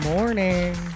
Morning